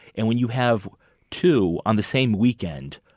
and when you have two on the same weekend,